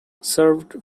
served